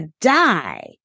die